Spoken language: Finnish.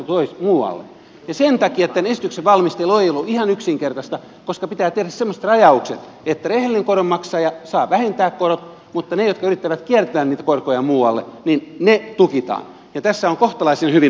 sen takia tämän esityksen valmistelu ei ollut ihan yksinkertaista koska pitää tehdä semmoiset rajaukset että rehellinen koronmaksaja saa vähentää korot mutta niiltä jotka yrittävät kiertää niitä korkoja muualle tukitaan tie ja tässä on kohtalaisen hyvin onnistuttu